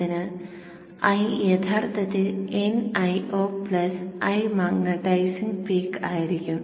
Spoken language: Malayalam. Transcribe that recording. അതിനാൽ I യഥാർത്ഥത്തിൽ n Io plus I magnetising peak ആയിരിക്കും